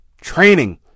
Training